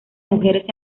mujeres